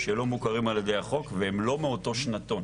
שלא מוכרים על ידי החוק והם לא מאותו שנתון.